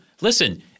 listen